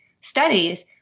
studies